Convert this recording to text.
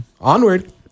onward